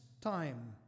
time